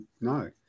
no